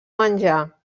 menjar